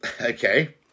Okay